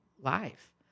life